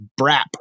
Brap